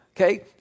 Okay